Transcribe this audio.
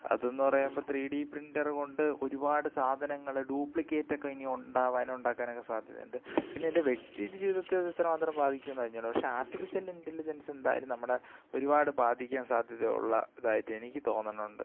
അതെന്ന് പറയുമ്പോൾ three D printer കൊണ്ട് ഒരുപാട് സാധനങ്ങൾ ഡ്യൂപ്ലിക്കേറ്റ് ഒക്കെ ഇനി ഉണ്ടാവാനും ഉണ്ടാക്കാനൊക്ക സാധ്യതയുണ്ട് പിന്നെ എൻ്റെ വ്യക്തിജീവിതത്തിൽ ഇത് എത്രമാത്രം ബാധിക്കും എന്ന് അറിഞ്ഞുകൂടാ പക്ഷേ ആർട്ടിഫിഷ്യൽ ഇൻറലിജൻസ് എന്തായാലും നമ്മുടെ ഒരുപാട് ബാധിക്കാൻ സാധ്യത ഉള്ള ഒരു ഇതായിട്ട് എനിക്ക് തോന്നുന്നുണ്ട്